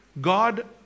God